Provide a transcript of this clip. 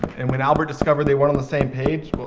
and when albert discovered they weren't on the same page, but